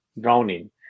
drowning